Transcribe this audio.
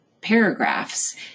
paragraphs